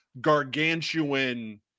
gargantuan